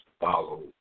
follow